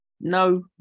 no